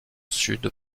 sud